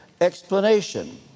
explanation